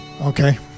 Okay